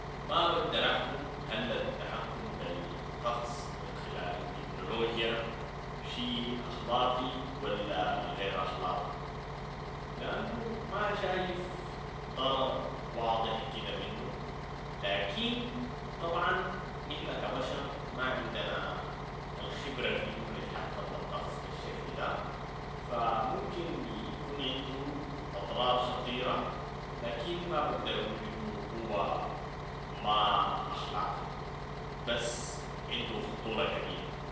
ما بقدر احكم هل التحكم بالطقس من خلال التكنولوجيا شي اخلاقي ولا غير اخلاقي، لانو ما شايف ضرر واضح كده منو، لكن طبعا نحن كبشر ما عندنا الخبرة في انو نتحكم بالطقس بالشكل ده، فممكن يكون عندو اضرار خطيرة، لكن ما بقدر اقول انو هو ما اخلاقي بس عندو خطورة كبيرة.